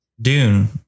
Dune